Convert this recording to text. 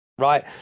right